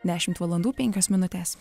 dešimt valandų penkios minutės